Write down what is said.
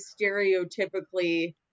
stereotypically